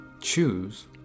choose